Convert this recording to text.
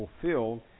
fulfilled